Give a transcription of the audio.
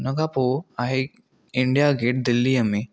हुन खां पोइ आहे इंडिया गेट दिल्लीअ में